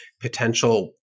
potential